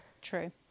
True